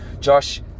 Josh